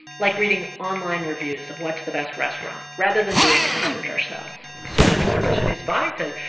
like reading online reviews of what's the best restaurant rather than doing the research ourselves social information is vital.